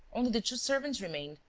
only the two servants remained.